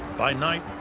by night,